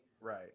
Right